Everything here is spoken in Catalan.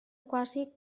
quasi